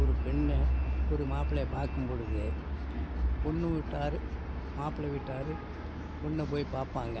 ஒரு பெண்ணை ஒரு மாப்பிள்ளை பார்க்கும் பொழுது பொண்ணு வீட்டார் மாப்பிள்ளை வீட்டார் பொண்ணை போய் பார்ப்பாங்க